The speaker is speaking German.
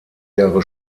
jahre